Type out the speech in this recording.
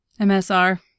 MSR